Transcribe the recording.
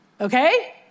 okay